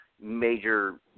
Major